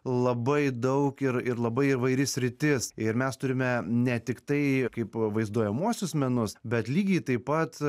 labai daug ir ir labai įvairi sritis ir mes turime ne tiktai kaip vaizduojamuosius menus bet lygiai taip pat